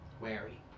wary